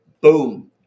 boom